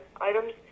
items